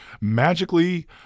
magically